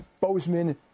Bozeman